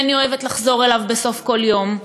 ואני אוהבת לחזור אליו בסוף כל יום.